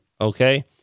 okay